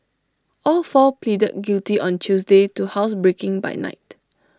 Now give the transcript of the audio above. all four pleaded guilty on Tuesday to housebreaking by night